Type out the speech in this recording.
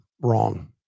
wrong